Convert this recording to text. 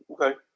Okay